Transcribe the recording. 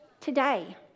Today